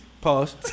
Pause